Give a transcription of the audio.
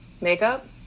makeup